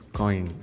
coin